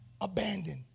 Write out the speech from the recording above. abandoned